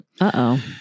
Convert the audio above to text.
Uh-oh